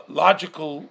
logical